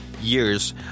years